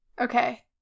Okay